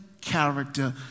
character